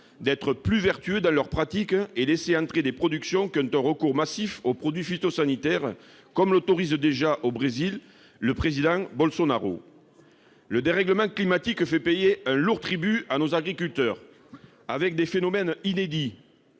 d'être plus vertueux dans leurs pratiques et laisser entrer des productions qui recourent massivement aux produits phytosanitaires, comme l'autorise déjà le président Bolsonaro au Brésil ? Le dérèglement climatique fait payer un lourd tribut à nos agriculteurs, avec des phénomènes inédits,